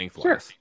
Sure